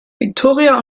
viktoria